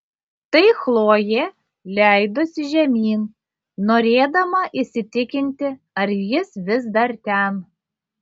tai chlojė leidosi žemyn norėdama įsitikinti ar jis vis dar ten